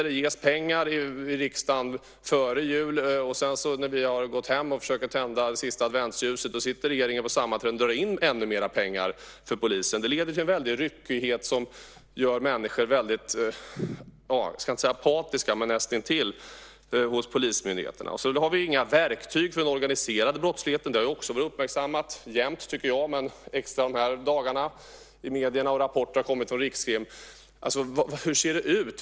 Det ges pengar i riksdagen före jul, och när vi sedan gått hem och försöker tända det sista adventsljuset sitter regeringen på sammanträden och drar in ännu mer pengar för polisen. Det leder till en väldigt ryckighet som gör människor väldigt, jag ska inte säga apatiska men näst intill, hos polismyndigheterna. Inte heller har vi några verktyg mot den organiserade brottsligheten. Det har också varit uppmärksammat - jämt, tycker jag, men extra de här dagarna - i medierna. Rapporter har också kommit från Rikskrim. Hur ser det ut?